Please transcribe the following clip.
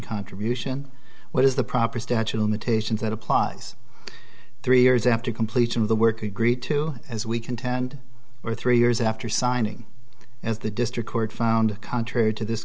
contribution what is the proper statute limitations that applies three years after completion of the work agreed to as we contend or three years after signing as the district court found contrary to this